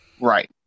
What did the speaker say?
Right